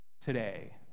today